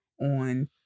on